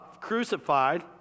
crucified